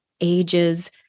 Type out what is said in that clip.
ages